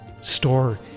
store